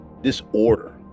disorder